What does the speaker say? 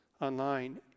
online